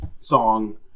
song